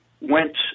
went